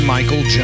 Michael